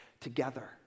together